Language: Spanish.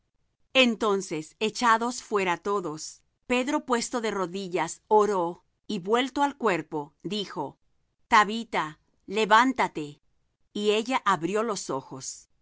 entonces echados fuera todos pedro puesto de rodillas oró y vuelto al cuerpo dijo tabita levántate y ella abrió los ojos